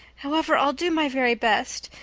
however, i'll do my very best.